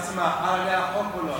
אם היא מפרסמת את עצמה, חל עליה החוק או לא?